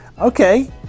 Okay